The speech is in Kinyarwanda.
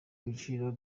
ibiciro